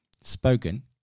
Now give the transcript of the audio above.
spoken